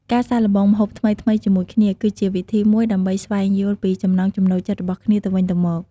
ការសាកល្បងម្ហូបថ្មីៗជាមួយគ្នា គឺជាវិធីមួយដើម្បីស្វែងយល់ពីចំណង់ចំណូលចិត្តរបស់គ្នាទៅវិញទៅមក។